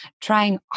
trying